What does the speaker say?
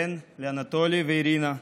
בן לאנטולי ואירנה,